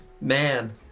Man